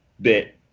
bit